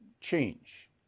change